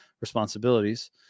responsibilities